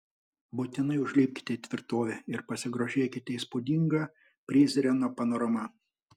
būtinai užlipkite į tvirtovę ir pasigrožėkite įspūdinga prizreno panorama